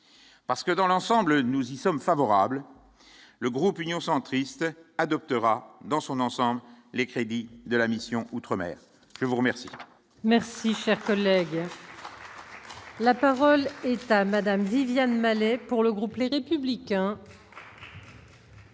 parce que dans l'ensemble, nous y sommes favorables, le groupe Union centriste adoptera dans son ensemble, les crédits de la mission outre-mer je vous remercie, merci, cher collègue. La parole est à Madame Viviane pour le groupe, les républicains.